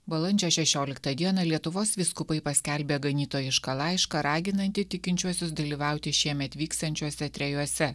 balandžio šešioliktą dieną lietuvos vyskupai paskelbė ganytojišką laišką raginantį tikinčiuosius dalyvauti šiemet vyksiančiuose trejuose